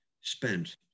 spent